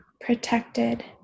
protected